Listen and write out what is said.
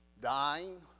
dying